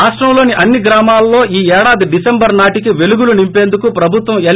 రాష్టంలోని అన్ని గ్రామాల్లో ఈ ఏడాది డిసెంబర్ నాటికి పెలుగులు నింపేందుకు ప్రభుత్వం ఎల్